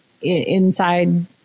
inside